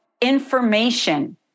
information